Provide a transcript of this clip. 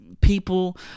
People